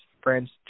friend's